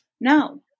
no